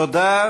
תודה.